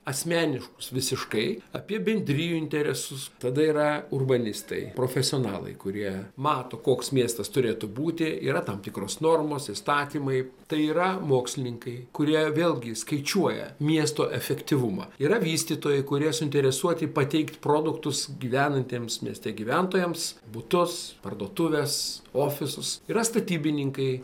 asmeniškus visiškai apie bendrijų interesus tada yra urbanistai profesionalai kurie mato koks miestas turėtų būti yra tam tikros normos įstatymai tai yra mokslininkai kurie vėlgi skaičiuoja miesto efektyvumą yra vystytojai kurie suinteresuoti pateikti produktus gyvenantiems mieste gyventojams butus parduotuves ofisus yra statybininkai